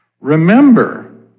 Remember